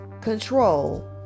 control